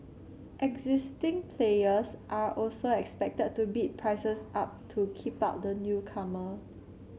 existing players are also expected to bid prices up to keep out the newcomer